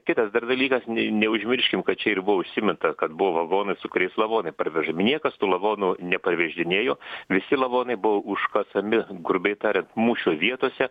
kitas dar dalykas neužmirškim kad čia ir buvo užsiminta kad buvo vagonai su kuriais lavonai parvežami niekas tų lavonų nepervežinėjo visi lavonai buvo užkasami grubiai tariant mūšio vietose